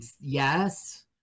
yes